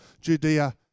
judea